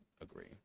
agree